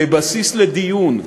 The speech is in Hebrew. כבסיס לדיון,